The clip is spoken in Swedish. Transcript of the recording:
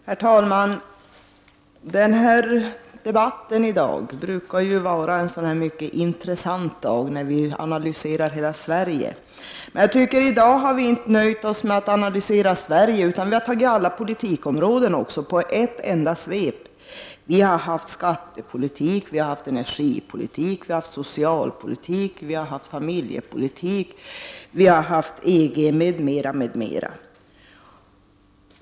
Herr talman! Den här debatten brukar vara mycket intressant, och vi brukar under dessa debatter analysera hela Sverige. I dag har vi inte nöjt oss med att analysera Sverige, utan vi har tagit upp alla politikområden i ett enda svep. Vi har debatterat skattepolitik, energipolitik, socialpolitik, familjepolitik, EG-politik, m.m.